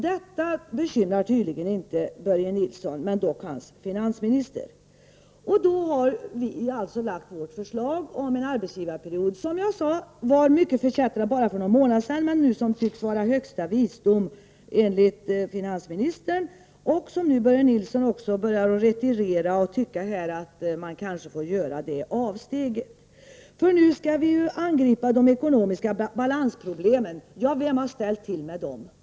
Detta bekymrar tydligen inte Börje Nilsson. Det bekymrar dock hans finansminister. Och då har vi lagt fram vårt förslag om en arbetsgivarperiod. Det förslaget var, som jag sade, mycket förkättrat för bara någon månad sedan men tycks nu vara högsta visdom, enligt finansministern. Börje Nilsson börjar också retirera och tycka att man kanske får göra det avsteget, för nu skall vi ju angripa de ekonomiska balansproblemen. Ja, vem har ställt till med dem?